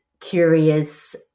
curious